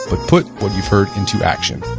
but put what you've heard into action